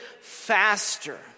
faster